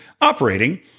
operating